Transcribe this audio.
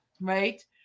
right